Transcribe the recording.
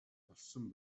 болсон